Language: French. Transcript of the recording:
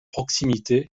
proximité